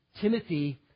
Timothy